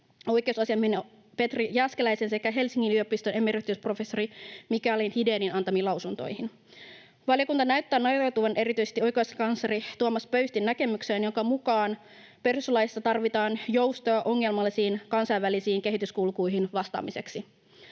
oikeusasiamies Petri Jääskeläisen sekä Helsingin yliopiston emeritusprofessori Mikael Hidénin antamiin lausuntoihin. Valiokunta näyttää nojautuvan erityisesti oikeuskansleri Tuomas Pöystin näkemykseen, jonka mukaan perustuslaissa tarvitaan joustoa ongelmallisiin kansainvälisiin kehityskulkuihin vastaamiseksi.